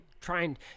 trying